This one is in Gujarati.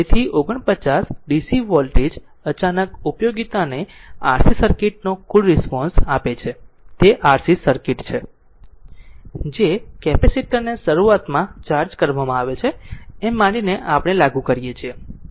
તેથી 49 DC વોલ્ટેજ અચાનક ઉપયોગીતાનને RC સર્કિટ નો કુલ રિસ્પોન્સ આપે છે તે RC સર્કિટ છે જે કેપેસિટર ને શરૂઆતમાં ચાર્જ કરવામાં આવે છે એમ માનીને આપણે લાગુ કરીએ છીએ